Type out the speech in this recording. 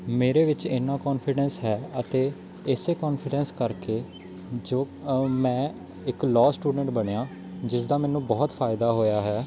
ਮੇਰੇ ਵਿੱਚ ਇੰਨਾ ਕੋਂਨਫੀਡੈਂਸ ਹੈ ਅਤੇ ਇਸ ਕੋਂਨਫੀਡੈਂਸ ਕਰਕੇ ਜੋ ਮੈਂ ਇੱਕ ਲੋਅ ਸਟੂਡੈਂਟ ਬਣਿਆ ਜਿਸ ਦਾ ਮੈਨੂੰ ਬਹੁਤ ਫ਼ਾਇਦਾ ਹੋਇਆ ਹੈ